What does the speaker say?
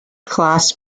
class